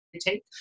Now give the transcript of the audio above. take